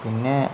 പിന്നെ